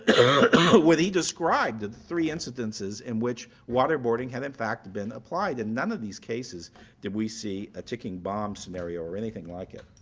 when he described and three instances in which waterboarding had in fact been applied. in none of these cases did we see a ticking bomb scenario or anything like it.